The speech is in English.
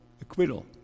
acquittal